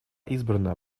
избрана